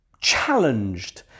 challenged